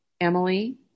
Emily